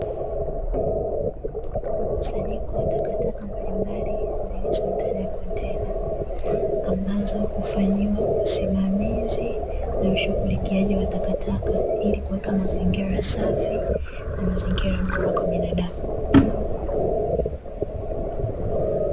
Mkusanyiko wa takataka mbalimbali zilizo ndani ya kontena, ambazo hufanyiwa usimamizi na ushughulikiaji wa takataka, ili kuweka mazingira safi na mazingira bora kwa binadamu.